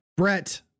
Brett